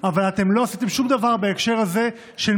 אבל אתם לא עשיתם שום דבר בהקשר של מיגון,